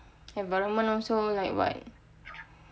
environment also like what